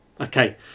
Okay